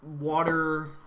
water